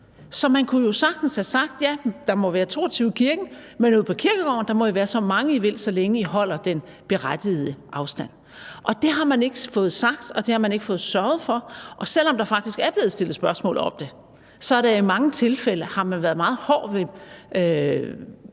Man kunne jo sagtens have sagt: Ja, der må være 22 i kirken, men ude på kirkegården må I være så mange, I vil, så længe I holder den berettigede afstand. Det har man ikke fået sagt, og det har man ikke fået sørget for, og selv om der faktisk er blevet stillet spørgsmål om det, har man i mange tilfælde været meget hård ved